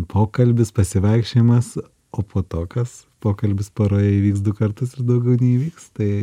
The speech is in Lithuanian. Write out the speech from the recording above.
pokalbis pasivaikščiojimas o po to kas pokalbis paroje įvyks du kartus ir daugiau neįvyks tai